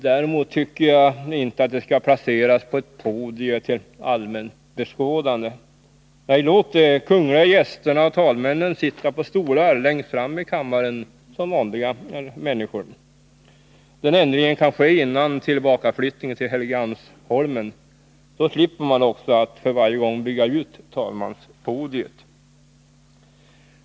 Däremot tycker jag inte att de skall placeras på ett podium till allmänt beskådande. Nej, låt de kungliga gästerna och talmännen sitta på stolar längst fram i kammaren som vanliga människor. Den ändringen kan ske före tillbakaflyttningen till Helgeandsholmen. Då slipper man också att för varje gång bygga ut talmanspodiet.